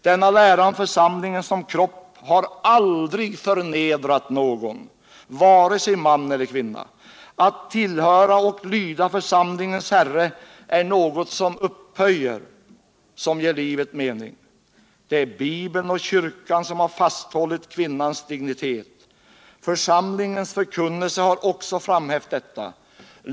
Denna lära om församlingen som kropp har aldrig förnedrat någon, varken man eller kvinna. Att tillhöra och lyda församlingens Herre är något som upphöjer, som ger livet mening. Församlingens förkunnelse har också framhävt detta.